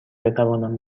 بتوانم